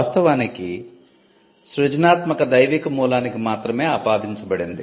వాస్తవానికి సృజనాత్మకత దైవిక మూలానికి మాత్రమే ఆపాదించబడింది